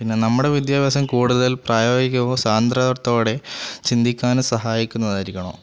പിന്നെ നമ്മുടെ വിദ്യാഭ്യാസം കൂടുതൽ പ്രായോഗികവും സ്വതന്ത്ര്യത്തോടെ ചിന്തിക്കാനും സഹായിക്കുന്നതായിരിക്കണം